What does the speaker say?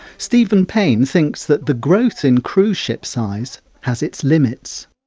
stephen payne thinks that the growth in cruise ship size has its limits.